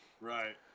Right